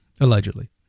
allegedly